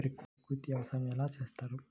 ప్రకృతి వ్యవసాయం ఎలా చేస్తారు?